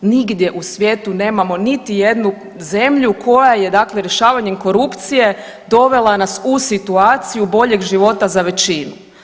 Nigdje u svijetu nemamo niti jednu zemlju koja je dakle rješavanjem korupcije dovela nas u situaciju boljeg života za većinu.